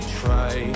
try